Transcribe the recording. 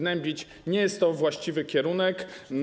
Nie jest to właściwy kierunek.